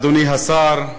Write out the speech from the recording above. אדוני השר,